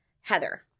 Heather